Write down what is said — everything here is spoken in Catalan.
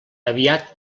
aviat